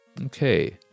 Okay